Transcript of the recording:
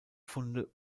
funde